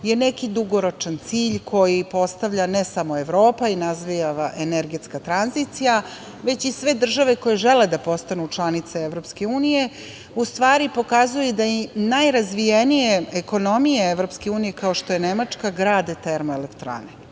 je neki dugoročan cilj koji postavlja ne samo Evropa i razvija energetska tranzicija, već i sve države koje žele da postanu članice EU u stvari pokazuje da najrazvijenije ekonomije EU, kao što je Nemačka, grade termoelektrane.